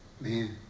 Man